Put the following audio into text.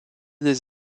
des